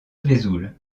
vesoul